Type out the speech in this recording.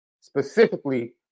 specifically